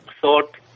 thought